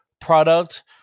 product